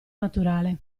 naturale